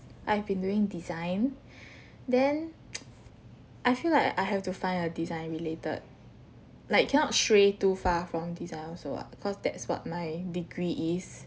I've been doing design then I feel like I have to find a design related like cannot stray too far from design also [what] cause that's what my degree is